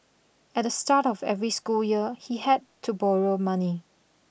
at the start of every school year he had to borrow money